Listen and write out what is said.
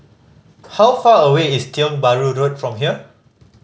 how far away is Tiong Bahru Road from here